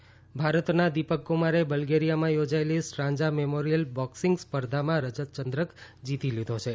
boxing ભારતના દીપકકુમારે બલ્ગેરિયામાં યોજાયેલી સ્ટ્રાંજા મેમોરિયલ બોક્સિંગ સ્પર્ધામાં રજતયંદ્રક જીતી લીધો છે